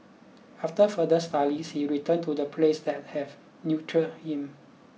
after further studies he returned to the place that have nurtured him